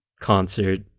concert